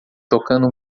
tocando